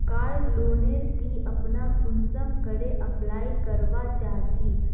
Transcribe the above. कार loan नेर ती अपना कुंसम करे अप्लाई करवा चाँ चची?